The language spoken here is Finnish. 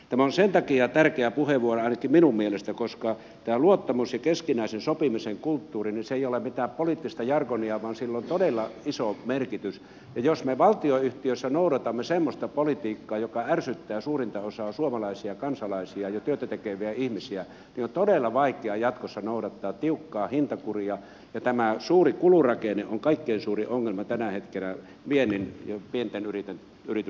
tämä on sen takia tärkeä puheenvuoro ainakin minun mielestäni että tämä luottamus ja keskinäisen sopimisen kulttuuri ei ole mitään poliittista jargonia vaan sillä on todella iso merkitys ja jos me valtionyhtiöissä noudatamme semmoista politiikkaa joka ärsyttää suurinta osaa suomalaisia kansalaisia ja työtä tekeviä ihmisiä niin on todella vaikea jatkossa noudattaa tiukkaa hintakuria ja tämä suuri kulurakenne on kaikkein suurin ongelma tällä hetkellä viennin ja pienten yritysten toiminnassa